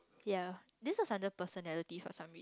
yeah this is under personality for some